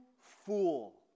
fool